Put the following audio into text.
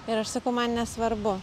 ir aš sakau man nesvarbu